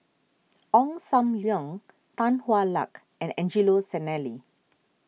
Ong Sam Leong Tan Hwa Luck and Angelo Sanelli